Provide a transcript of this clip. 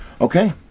Okay